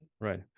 right